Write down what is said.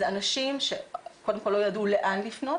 זה אנשים שקודם כל לא ידעו לאן לפנות,